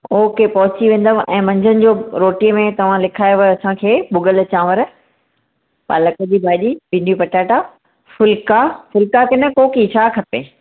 okay पहुची वेंदव ऐं मंझंदि जो रोटीअ में तव्हां लिखायव असां खे भुॻल चांवर पालक जी भाॼी भींडियूं पटाटा फुल्का फुल्का कि न कोकी छा खपे